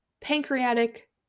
pancreatic